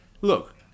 look